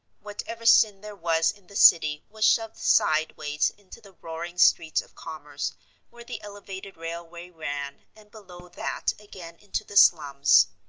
whatever sin there was in the city was shoved sideways into the roaring streets of commerce where the elevated railway ran, and below that again into the slums.